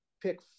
pick